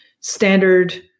standard